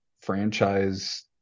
franchise